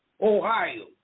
Ohio